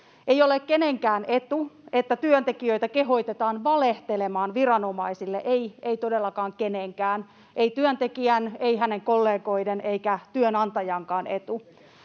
Ei ole kenenkään etu, että työntekijöitä kehotetaan valehtelemaan viranomaisille — ei todellakaan kenenkään: ei työntekijän, ei hänen kollegoidensa eikä työnantajankaan etu.